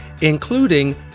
including